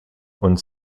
und